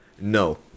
No